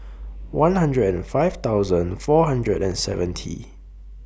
one hundred and five thousand four hundred and seventy